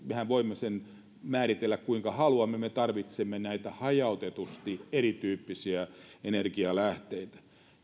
mehän voimme sen määritellä kuinka haluamme me tarvitsemme näitä hajautetusti erityyppisiä energialähteitä